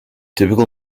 typical